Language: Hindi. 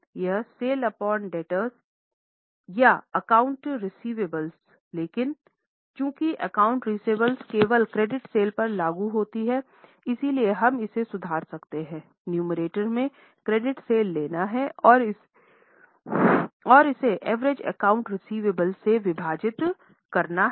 यह सेल्स अपॉन डेब्टर्स या अकाउंट रेसिवाबलेस केवल क्रेडिट सेल्स पर लागू होती हैं इसलिए हम इसे सुधार सकते हैंनुमेरेटर में क्रेडिट सेल्स लेना हैं और इसे एवरेज अकाउंट रेसिवाबलेस से विभाजित करना हैं